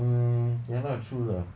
mm ya lah true lah